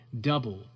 double